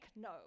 no